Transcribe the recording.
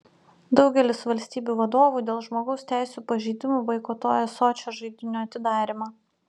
daugelis valstybių vadovų dėl žmogaus teisių pažeidimų boikotuoja sočio žaidynių atidarymą